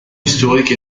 historique